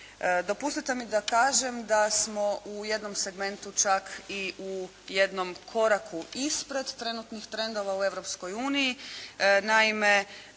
Dopustite mi da kažem da smo u jednom segmentu čak i u jednom koraku ispred trenutnih trendova u Europskoj